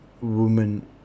woman